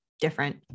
different